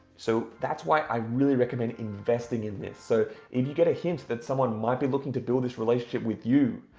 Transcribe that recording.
so that's why i really recommend investing in this. so if you get a hint that someone might be looking to build this relationship with you,